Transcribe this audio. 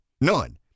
None